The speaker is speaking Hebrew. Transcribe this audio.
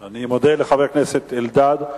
אני מודה לחבר הכנסת אלדד,